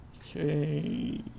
Okay